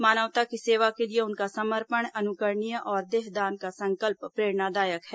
मानवता की सेवा के लिए उनका समर्पण अनुकरणीय और देहदान का संकल्प प्रेरणादायक है